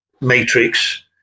matrix